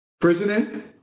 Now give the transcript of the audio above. President